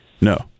No